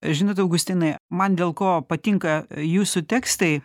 žinot augustinai man dėl ko patinka jūsų tekstai